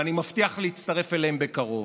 ואני מבטיח להצטרף אליהם בקרוב.